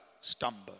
stumble